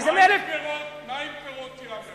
מה עם פירות ים?